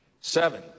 Seven